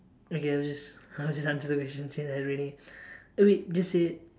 okay I'll just I'll just answer the question since I really eh wait this is